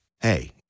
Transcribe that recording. hey